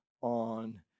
on